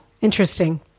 Interesting